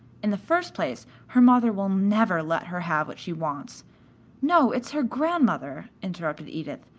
in the first place her mother will never let her have what she wants no, it's her grandmother, interrupted edith.